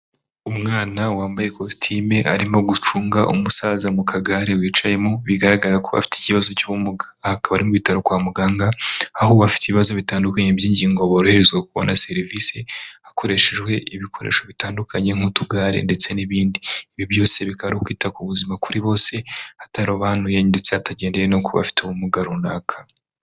Umwana wambaye kositime arimo gucunga umusaza mu kagare wicayemo bigaragara ko afite ikibazo cy'ubumuga. Aha hakaba ari mu ibitaro kwa muganga aho abafite ibibazo bitandukanye by'ingingo boroherezwa kubona serivisi hakoreshejwe ibikoresho bitandukanye nk'utugare ndetse n'ibindi. Ibi byose bikaba ukwita ku buzima kuri bose batarobanuye ndetse hatagendeye no kubafite ubumuga runaka.